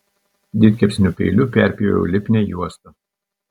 didkepsnių peiliu perpjoviau lipnią juostą